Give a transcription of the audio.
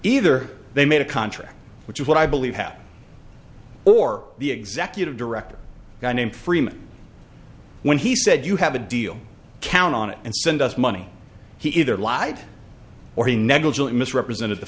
either they made a contract which is what i believe happened or the executive director guy named freeman when he said you have a deal count on it and send us money he either lied or he negligent misrepresented the